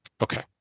Okay